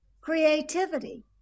creativity